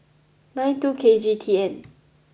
nine two K G T N